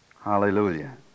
Hallelujah